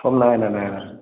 phone নাই অনা নাই অনা